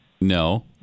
no